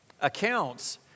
accounts